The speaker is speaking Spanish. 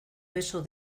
beso